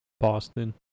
Boston